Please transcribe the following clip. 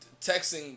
texting